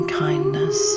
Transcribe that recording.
kindness